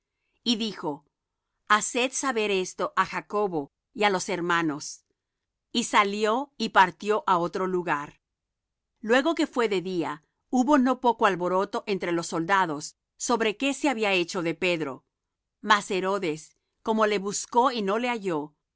y dijo haced saber esto á jacobo y á los hermanos y salió y partió á otro lugar luego que fué de día hubo no poco alboroto entre los soldados sobre qué se había hecho de pedro mas herodes como le buscó